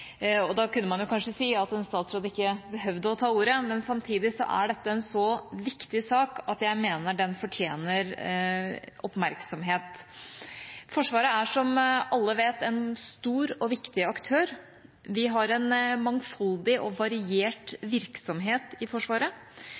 Da kunne man kanskje si at en statsråd ikke behøvde å ta ordet, men samtidig er dette en så viktig sak at jeg mener den fortjener oppmerksomhet. Forsvaret er, som alle vet, en stor og viktig aktør. Vi har en mangfoldig og variert virksomhet i Forsvaret,